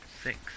six